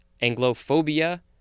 Anglophobia